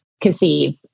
conceive